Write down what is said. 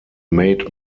made